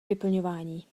vyplňování